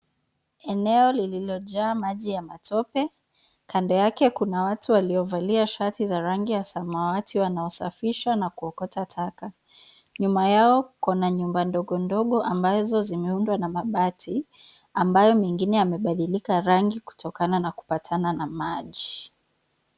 Eneo lililojaa maji ya matope. Kando yake kuna watu waliovalia shati za rangi ya samawati wanaosafisha na kuokota taka. Nyuma yao kuna nyumba ndogo ndogo ambazo zimeundwa na mabati, ambayo mengine yamebadilika rangi kutokana na kupatana na maji.